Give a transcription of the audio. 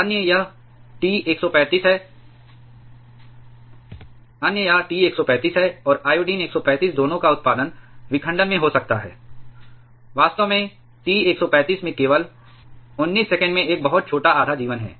अन्य यह T 135 है और आयोडीन 135 दोनों का उत्पादन विखंडन में हो सकता है वास्तव में T 135 में केवल 19 सेकंड में एक बहुत छोटा आधा जीवन है